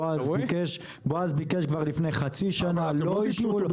בועז ביקש כבר לפני חצי שנה, לא אישרו.